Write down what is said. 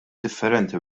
differenti